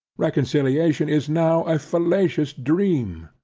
reconciliation is now a falacious dream.